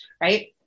right